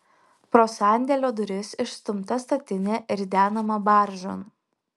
pro sandėlio duris išstumta statinė ridenama baržon